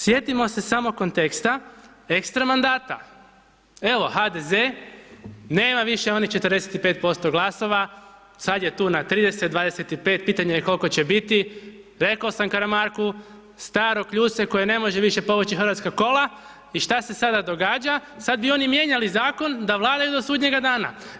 Sjetimo se samo konteksta, ekstra mandata, evo HDZ nema više onih 45% glasova, sad je tu na 30, 25 pitanje koliko će biti, rekao sam Karamarku, staro kljuse koje ne može više povući hrvatska kola i šta se sada događa, sad bi oni mijenjali zakon da vladaju do sudnjega dana.